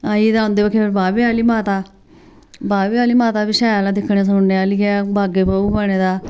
आई ते औंदे बाकी फिर बाह्वे आह्ली माता बाह्वे आह्ली माता बी शैल ऐ दिक्खने सुनने आह्ली ऐ बागे बाहू बने दा